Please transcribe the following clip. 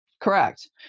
Correct